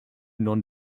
non